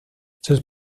sus